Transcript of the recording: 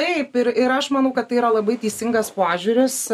taip ir ir aš manau kad tai yra labai teisingas požiūris